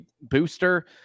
booster